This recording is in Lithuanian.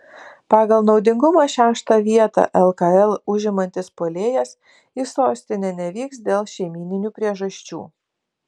pagal naudingumą šeštą vietą lkl užimantis puolėjas į sostinę nevyks dėl šeimyninių priežasčių